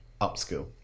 upskill